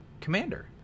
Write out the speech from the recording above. commander